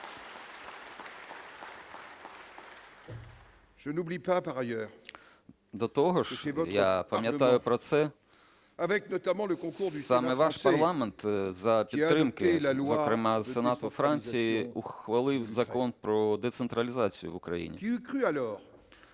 До того ж, я пам'ятаю про це, саме ваш парламент, за підтримки зокрема сенату Франції, ухвалив Закон про децентралізацію в Україні.